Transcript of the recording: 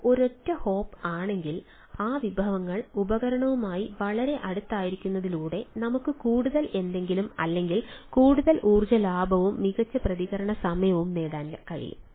ഇത് ഒരൊറ്റ ഹോപ്പ് ആണെങ്കിൽ ആ വിഭവങ്ങൾ ഉപകരണവുമായി വളരെ അടുത്തായിരിക്കുന്നതിലൂടെ നമുക്ക് കൂടുതൽ എന്തെങ്കിലും അല്ലെങ്കിൽ കൂടുതൽ ഊർജ്ജ ലാഭവും മികച്ച പ്രതികരണ സമയവും നേടാൻ കഴിയും